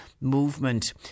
movement